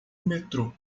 metrô